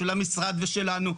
של המשרד ושלנו,